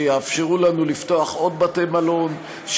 שיאפשרו לנו לפתוח עוד בתי מלון,